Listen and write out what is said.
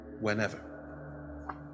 whenever